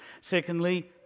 Secondly